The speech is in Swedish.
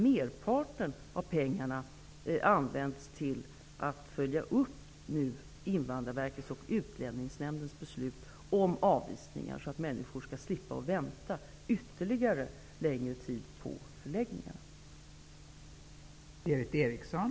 Merpartern av pengarna används till att följa upp Invandrarverkets och Utlänningsnämndens beslut om avvisningar så att människor skall slippa att vänta ytterligare längre tid på förläggningarna.